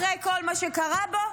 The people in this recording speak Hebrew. אחרי כל מה שקרה בו,